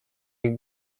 ich